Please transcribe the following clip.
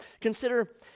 Consider